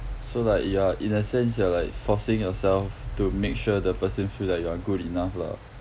so like you're in a sense you're like forcing yourself to make sure the person feel like you're good enough lah